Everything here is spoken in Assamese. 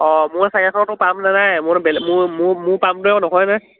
অঁ মোৰ চাইকেলখনটো পাম নাই মোৰ মোৰ মোৰ পাম